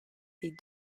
des